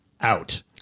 out